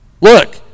Look